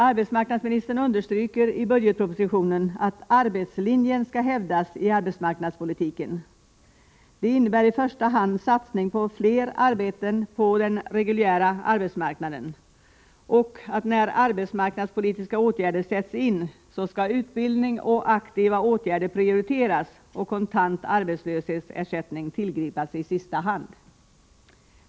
Arbetsmarknadsministern understryker i budgetpropositionen att ”arbetslinjen” skall hävdas i arbetsmarknadspolitiken. Det innebär i första hand satsning på fler arbeten på den reguljära arbetsmarknaden. När arbetsmarknadspolitiska åtgärder sätts in skall utbildning och aktiva åtgärder prioriteras och kontant arbetslöshetsersättning tillgripas i sista hand.